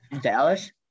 Dallas